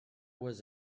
was